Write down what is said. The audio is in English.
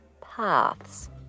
paths